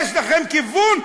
יש לכם כיוון,